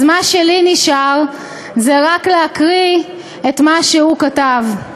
אז מה שלי נשאר זה רק להקריא את מה שהוא כתב.